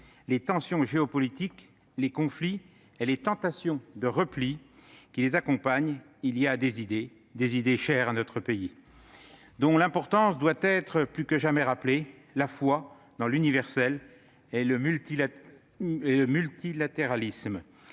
les tensions géopolitiques, les conflits et les tentations de repli qui les accompagnent, il y a des idées, chères à notre pays, dont l'importance doit être plus que jamais rappelée : la foi dans l'universel et le multilatéralisme.